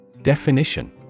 Definition